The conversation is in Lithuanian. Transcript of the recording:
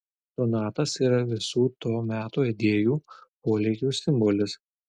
donatas yra visų to meto idėjų polėkių simbolis